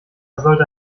sollte